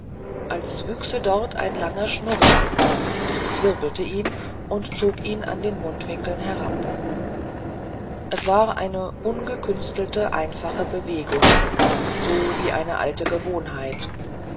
als wüchse dort ein langer schnurrbart zwirbelte ihn und zog ihn an den mundwinkeln herab es war eine ungekünstelte einfache bewegung so wie eine alte gewohnheit